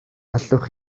allwch